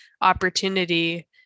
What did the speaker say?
opportunity